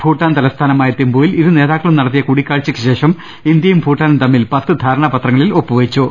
ഭൂട്ടാൻ തലസ്ഥാനമായ തിമ്പുവിൽ ഇരുനേതാ ക്കളും നടത്തിയ കൂടിക്കാഴ്ചയ്ക്കുശേഷം ഇന്ത്യയും ഭൂട്ടാനും തമ്മിൽ പത്ത് ധാരണാപത്രങ്ങളിൽ ഒപ്പുവെച്ചു